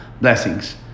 blessings